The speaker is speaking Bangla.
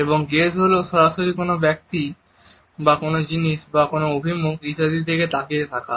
এবং গেজ হলো সরাসরি কোন ব্যক্তি বা কোন জিনিস বা কোন অভিমুখ ইত্যাদির দিকে তাকিয়ে থাকা